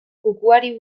kukuari